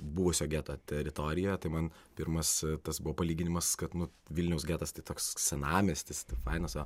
buvusio geto teritorija tai man pirmas tas buvo palyginimas kad nu vilniaus getas tai toks senamiestis taip fainas va